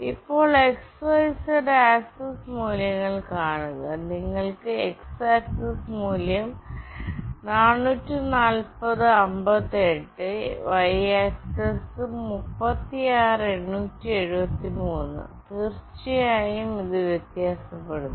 ഇപ്പോൾ x y z axis മൂല്യങ്ങൾ കാണുക നിങ്ങൾക്ക് x ആക്സിസ് മൂല്യം 44058 y ആക്സിസ് 36873 തീർച്ചയായും ഇത് വ്യത്യാസപ്പെടുന്നു